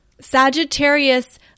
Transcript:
Sagittarius